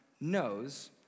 knows